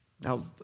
Now